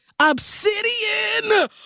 Obsidian